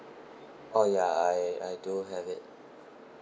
oh ya I I do have it